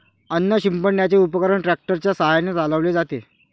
अन्न शिंपडण्याचे उपकरण ट्रॅक्टर च्या साहाय्याने चालवले जाते